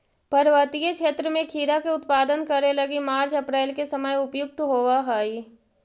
पर्वतीय क्षेत्र में खीरा के उत्पादन करे लगी मार्च अप्रैल के समय उपयुक्त होवऽ हई